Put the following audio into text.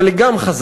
אבל היא גם חזקה,